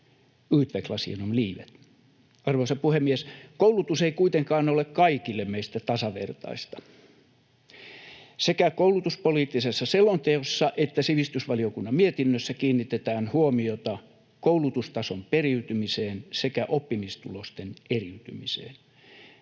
utvecklas genom livet. Arvoisa puhemies! Koulutus ei kuitenkaan ole kaikille meistä tasavertaista. Sekä koulutuspoliittisessa selonteossa että sivistysvaliokunnan mietinnössä kiinnitetään huomiota koulutustason periytymiseen sekä oppimistulosten eriytymiseen.